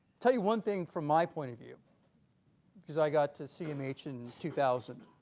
tell you one thing from my point of view because i got to cmh in two thousand